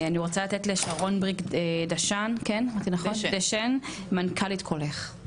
אני רוצה לתת לשרון בריק-דשן, מנכ"לית "קולך".